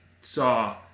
saw